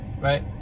right